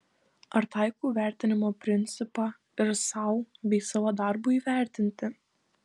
ar taikau vertinimo principą ir sau bei savo darbui įvertinti